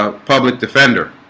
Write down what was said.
ah public defender